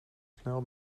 snel